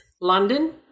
London